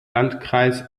landkreis